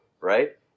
right